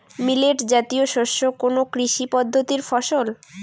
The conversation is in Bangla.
মিলেট জাতীয় শস্য কোন কৃষি পদ্ধতির ফসল?